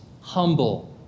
humble